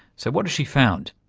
so, what has she found?